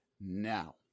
now